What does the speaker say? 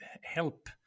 help